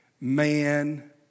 man